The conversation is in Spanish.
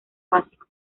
básico